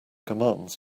commands